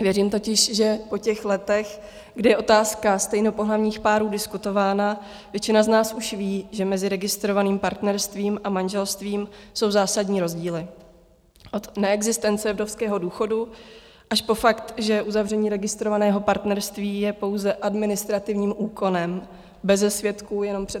Věřím totiž, že po letech, kdy je otázka stejnopohlavních párů diskutována, většina z nás už ví, že mezi registrovaným partnerstvím a manželstvím jsou zásadní rozdíly neexistence vdovského důchodu až po fakt, že uzavření registrovaného partnerství je pouze administrativním úkonem beze svědků, jenom před matrikářem.